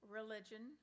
religion